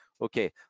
Okay